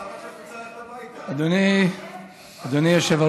די, די, די, נו.